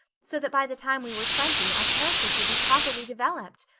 so that by the time we were twenty our characters would be properly developed.